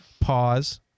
pause